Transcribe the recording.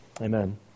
Amen